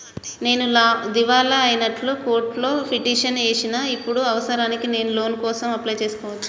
నేను దివాలా అయినట్లు కోర్టులో పిటిషన్ ఏశిన ఇప్పుడు అవసరానికి నేను లోన్ కోసం అప్లయ్ చేస్కోవచ్చా?